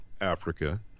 Africa